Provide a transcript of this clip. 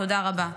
תודה רבה.